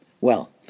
Well